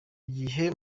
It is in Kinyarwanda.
gihe